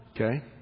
Okay